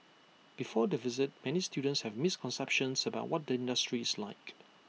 before the visit many students have misconceptions about what the industry is like